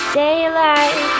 daylight